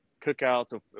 cookouts